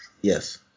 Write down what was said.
Yes